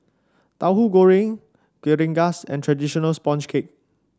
Tauhu Goreng Kuih Rengas and traditional sponge cake